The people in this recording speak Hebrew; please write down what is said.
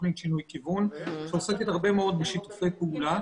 תוכנית "שינוי כיוון" שעוסקת הרבה מאוד בשיתופי פעולה,